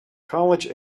college